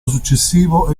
successivo